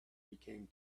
became